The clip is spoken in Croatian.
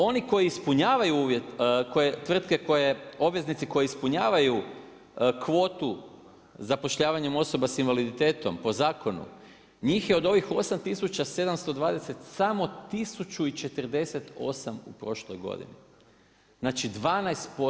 Oni koji ispunjavaju uvjete, tvrtke, obveznici, koji ispunjavaju kvotu zapošljavanjem osoba s invaliditetom, po zakonu, njih je od ovih 8720 samo 1048 u prošloj godini, znači 12%